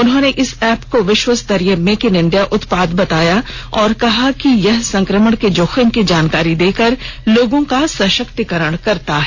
उन्होंने इस ऐप को विश्व स्तरीय मेक इन इंडिया उत्पाद बताया और कहा कि यह संक्रमण के जोखिम की जानकारी देकर लोगों का सशक्तीकरण करता है